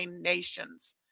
nations